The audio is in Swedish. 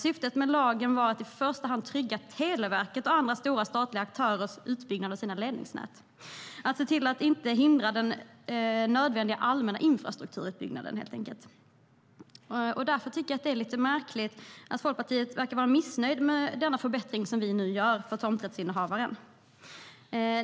Syftet med lagen var i första hand att trygga Televerkets och andra stora statliga aktörers utbyggnad av ledningsnäten, helt enkelt att se till att inte hindra den nödvändiga allmänna infrastrukturutbyggnaden. Jag tycker därför att det är lite märkligt att Folkpartiet verkar vara missnöjt med denna förbättring som vi nu gör för tomträttshavaren.